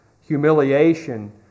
humiliation